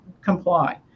comply